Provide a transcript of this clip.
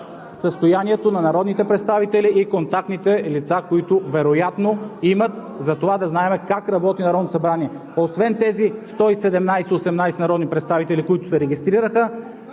състоянието на народните представители и контактните лица, които вероятно имат, затова да знаем как работи Народното събрание. Освен тези 117 – 118 народни представители, които се регистрираха,